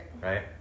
right